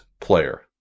player